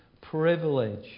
privilege